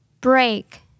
Break